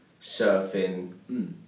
surfing